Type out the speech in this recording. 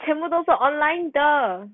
全部都是 online 的